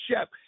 Shep